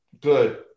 good